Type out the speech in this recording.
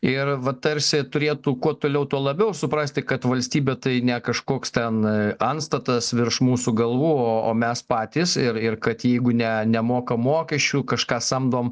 ir va tarsi turėtų kuo toliau tuo labiau suprasti kad valstybė tai ne kažkoks ten antstatas virš mūsų galvų o o mes patys ir ir kad jeigu ne nemokam mokesčių kažką samdom